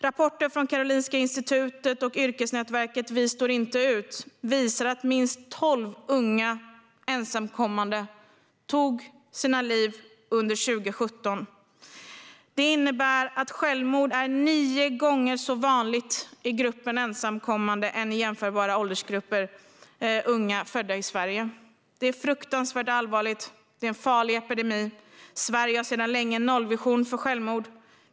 Rapporter från Karolinska institutet och yrkesnätverket Vi står inte ut visar att minst tolv unga ensamkommande tog sina liv under 2017. Det innebär att självmord är nio gånger så vanligt i gruppen ensamkommande som i jämförbara åldersgrupper av unga födda i Sverige. Detta är fruktansvärt allvarligt. Det är en farlig epidemi. Sverige har sedan lång tid tillbaka en nollvision för självmord.